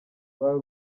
croix